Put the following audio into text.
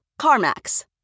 CarMax